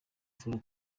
flora